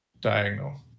diagonal